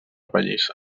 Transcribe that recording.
pallissa